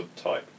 subtype